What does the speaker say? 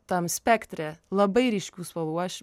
tam spektre labai ryškių spalvų aš